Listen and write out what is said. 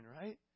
right